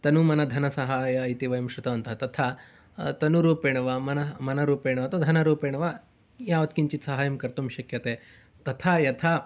तनुमनधनसाहायः इति वयं श्रुतवन्तः तथा तनुरूपेण वा मनरूपेण वा अथवा धनरूपेण वा यावत् किञ्चित् साहायं कर्तुं शक्यते तथा यथा